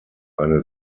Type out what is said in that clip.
eine